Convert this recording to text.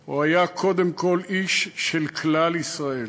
הוא היה קודם כול איש של כלל ישראל,